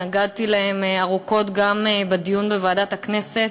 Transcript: התנגדתי להן ארוכות גם בדיון בוועדת הכנסת,